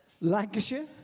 Lancashire